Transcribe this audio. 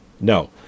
No